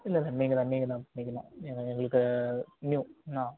இல்லை இல்லை நீங்கள் தான் நீங்கள் தான் நீங்கள் தான் எங்களுக்கு நியூ நான்